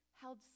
held